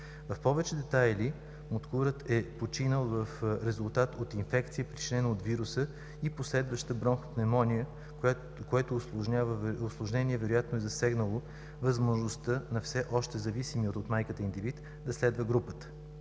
В повече детайли, муткурът е починал в резултат от инфекция, причинена от вируса, и последваща бронхопневмония, което усложнение вероятно е засегнало възможността на все още зависимия от майката индивид, да следва групата.